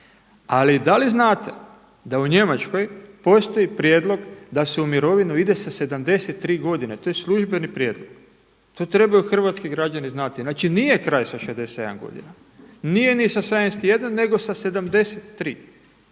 Ali da li znate da u Njemačkoj postoji prijedlog da se u mirovinu ide sa 73 godine. To je službeni prijedlog, to trebaju hrvatski građani znati. Znači nije kraj sa 67 godina, nije ni sa 71 nego sa 73,